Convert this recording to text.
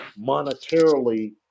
monetarily